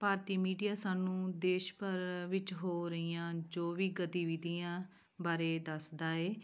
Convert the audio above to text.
ਭਾਰਤੀ media ਸਾਨੂੰ ਦੇਸ਼ ਭਰ ਵਿੱਚ ਹੋ ਰਹੀਆਂ ਜੋ ਵੀ ਗਤੀਵਿਧੀਆਂ ਬਾਰੇ ਦੱਸਦਾ ਹੈ